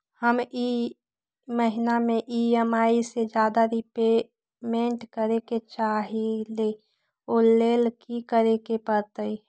हम ई महिना में ई.एम.आई से ज्यादा रीपेमेंट करे के चाहईले ओ लेल की करे के परतई?